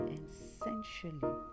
essentially